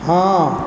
हॅं